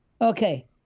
Okay